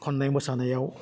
खन्नाय मोसानायाव